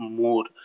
more